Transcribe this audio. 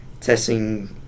testing